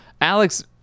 Alex